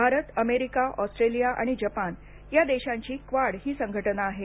Bharat America Australia आणि Japan या देशांची क्वाड ही संघटना आहे